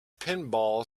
pinball